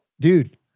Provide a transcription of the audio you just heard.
dude